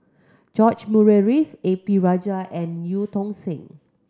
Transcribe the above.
George Murray Reith A P Rajah and Eu Tong Sen